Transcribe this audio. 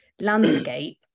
landscape